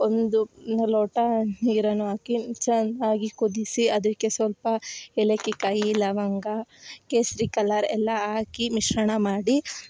ಒಂದು ಲೋಟ ನೀರನ್ನು ಹಾಕಿ ಚೆನ್ನಾಗಿ ಕುದಿಸಿ ಅದಕ್ಕೆ ಸ್ವಲ್ಪ ಏಲಕ್ಕಿ ಕಾಯಿ ಲವಂಗ ಕೇಸರಿ ಕಲ್ಲರ್ ಎಲ್ಲ ಹಾಕಿ ಮಿಶ್ರಣ ಮಾಡಿ